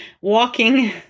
walking